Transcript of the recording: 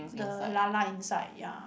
the lah lah inside ya